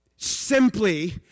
Simply